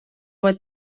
what